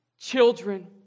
Children